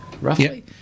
roughly